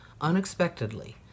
unexpectedly